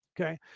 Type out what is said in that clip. Okay